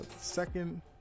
Second